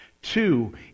Two